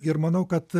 ir manau kad